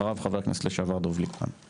אוהד טל, ואחריו חבר הכנסת לשעבר דב ליפמן.